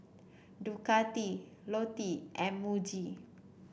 Ducati Lotte and Muji